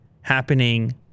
happening